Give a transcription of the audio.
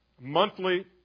monthly